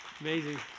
Amazing